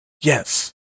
Yes